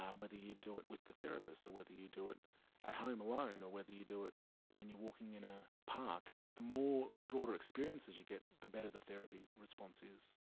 um whether you do it with the therapist or whether you do it at home alone or whether you do it when you are walking in a park, the more broader experiences you get, the better the therapy response is.